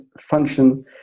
function